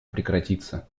прекратиться